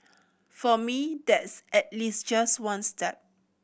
for me that's at least just one step